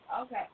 Okay